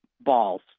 balls